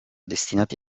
destinati